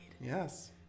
Yes